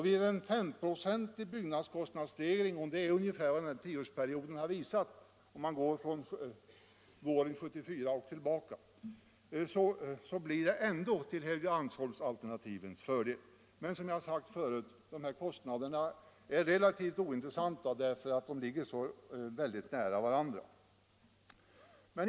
Vid en S-procentig byggnadskostnadsstegring — det är ungefär vad den här tioårsperioden har visat, om man går från 1974 bakåt — blir kostnaden fortfarande till Helgeandsholmsalternativens fördel. Men, som jag har sagt förut, de här kostnaderna är relativt ointressanta, eftersom de ligger så väldigt nära varandra.